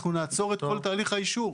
אנחנו נעצור את כל תהליך האישור.